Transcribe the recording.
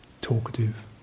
talkative